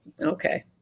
Okay